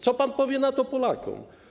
Co pan powie na to Polakom?